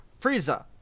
Frieza